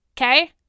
Okay